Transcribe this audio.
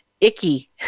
icky